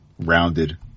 rounded